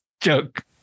joke